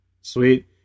Sweet